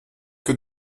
que